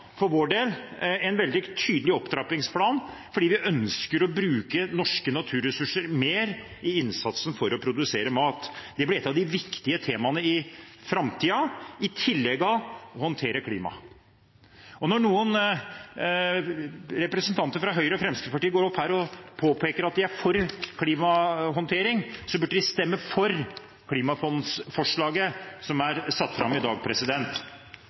for vår del har fremmet en veldig tydelig opptrappingsplan fordi vi ønsker å bruke norske naturressurser mer i innsatsen for å produsere mat. Det blir et av de viktige temaene i framtiden, i tillegg til å håndtere klimaet. Når noen representanter fra Høyre og Fremskrittspartiet går opp her og påpeker at de er for klimahåndtering, burde de stemme for klimafondsforslaget som er satt fram i dag.